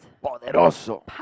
poderoso